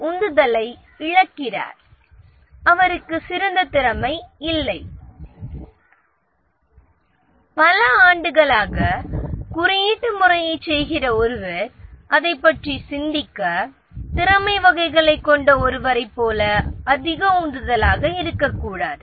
உந்துதலையும் புகழையும் இழக்கிறார் பல ஆண்டுகளாக குறியீட்டு முறையைச் செய்கிற ஒருவர் அதைப் பற்றி சிந்திக்க திறமை வகைகளைக் கொண்ட ஒருவரைப் போல அதிக உந்துதலாக இருக்கக்கூடாது